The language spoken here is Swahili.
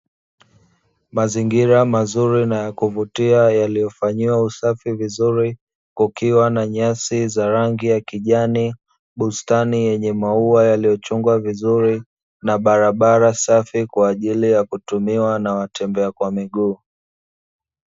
Mazingira mazuri na ya kuvutia yaliyofanyiwa usafi vizuri kukiwa na nyasi za rangi ya kijani, bustani yenye maua yaliyochongwa vizuri, na barabara safi kwaajili ya kutumiwa na watembea kwa miguu.